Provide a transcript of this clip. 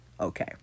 Okay